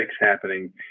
happening